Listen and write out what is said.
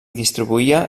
distribuïa